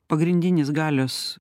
pagrindinis galios